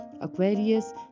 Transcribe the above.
Aquarius